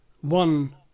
one